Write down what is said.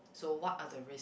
so what are the risks